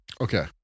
Okay